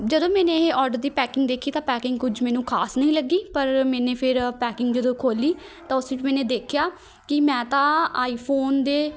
ਜਦੋਂ ਮੈਨੇ ਇਹ ਔਡਰ ਦੀ ਪੈਕਿੰਗ ਦੇਖੀ ਤਾਂ ਪੈਕਿੰਗ ਕੁਝ ਮੈਨੂੰ ਖ਼ਾਸ ਨਹੀਂ ਲੱਗੀ ਪਰ ਮੈਨੇ ਫਿਰ ਪੈਕਿੰਗ ਜਦੋਂ ਖੋਲ੍ਹੀ ਤਾਂ ਉਸ ਵਿੱਚ ਮੈਨੇ ਦੇਖਿਆ ਕਿ ਮੈਂ ਤਾਂ ਆਈ ਫੋਨ ਦੇ